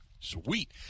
Sweet